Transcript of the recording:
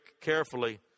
carefully